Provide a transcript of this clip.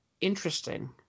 interesting